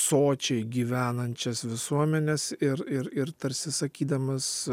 sočiai gyvenančias visuomenes ir ir ir tarsi sakydamas